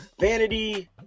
vanity